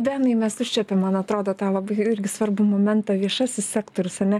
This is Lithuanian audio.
benai mes užčiuopėm man atrodo tą labai irgi svarbų momentą viešasis sektorius ar ne